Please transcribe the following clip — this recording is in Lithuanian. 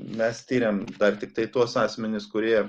mes tiriam dar tiktai tuos asmenis kurie